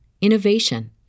innovation